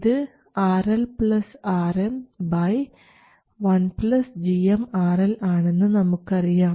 ഇത് RLRm1gmRLആണെന്ന് നമുക്കറിയാം